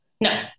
No